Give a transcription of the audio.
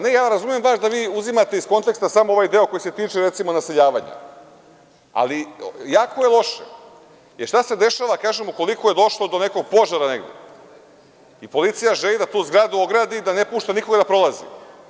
Ne, pa, ja razumem da vi uzimate iz konteksta samo ovaj deo koji se tiče, recimo, naseljavanja, ali jako je loše, jer šta se dešava ukoliko je došlo negde do nekog požara i policija želi da tu zgradu ogradi, da ne pušta nikoga da prolazi?